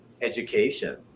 education